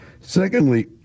Secondly